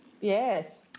Yes